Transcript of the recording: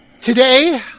today